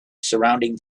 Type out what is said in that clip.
surrounding